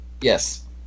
Yes